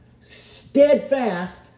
steadfast